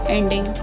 Ending